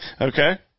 Okay